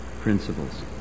principles